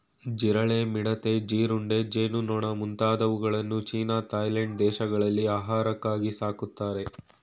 ಜಿರಳೆ, ಮಿಡತೆ, ಜೀರುಂಡೆ, ಜೇನುನೊಣ ಮುಂತಾದವುಗಳನ್ನು ಚೀನಾ ಥಾಯ್ಲೆಂಡ್ ದೇಶಗಳಲ್ಲಿ ಆಹಾರಕ್ಕಾಗಿ ಸಾಕ್ತರೆ